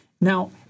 Now